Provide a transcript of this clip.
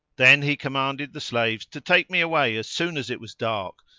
then he commanded the slaves to take me away as soon as it was dark,